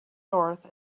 north